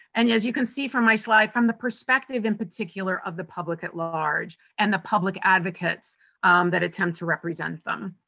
and, as you can see from my slide, from the perspective in particular of the public at large and the public advocates that attempt to represent them.